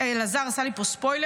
אלעזר עשה לי פה ספוילר,